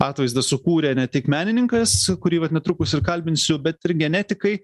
atvaizdą sukūrė ne tik menininkas kurį vat netrukus ir kalbinsiu bet ir genetikai